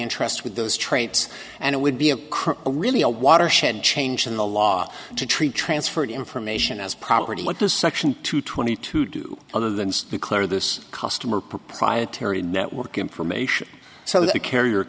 interest with those traits and it would be a really a watershed change in the law to treat transferred information as property what the section two twenty two do other than it's clear this customer proprietary network information so that a carrier